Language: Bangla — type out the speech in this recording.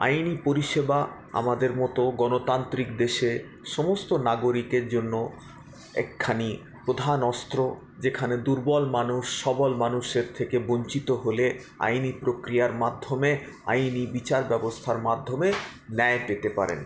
আইনি পরিষেবা আমাদের মতো গণতান্ত্রিক দেশে সমস্ত নাগরিকের জন্য একখানি প্রধান অস্ত্র যেখানে দুর্বল মানুষ সবল মানুষের থেকে বঞ্চিত হলে আইনি প্রক্রিয়ার মাধ্যমে আইনি বিচার ব্যবস্থার মাধ্যমে ন্যায় পেতে পারে